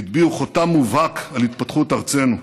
הטביעו חותם מובהק על התפתחות ארצנו.